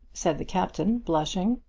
said the captain, blushing.